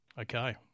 Okay